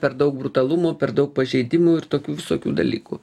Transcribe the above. per daug brutalumo per daug pažeidimų ir tokių visokių dalykų